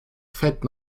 fett